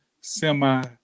semi